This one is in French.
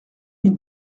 une